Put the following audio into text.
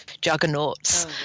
juggernauts